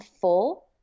full